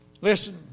Listen